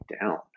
down